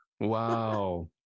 Wow